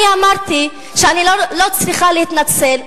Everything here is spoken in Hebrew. אני אמרתי שאני לא צריכה להתנצל,